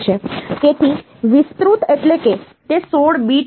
તેથી વિસ્તૃત એટલે કે તે 16 bit છે